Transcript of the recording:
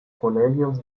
colegios